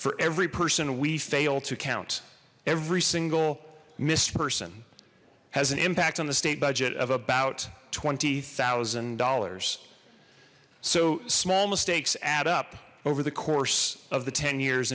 for every person we fail to count every single mis person has an impact on the state budget of about twenty thousand dollars so small mistakes add up over the course of the ten years